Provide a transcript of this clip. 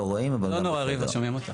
לא נורא, ריבה, שומעים אותך.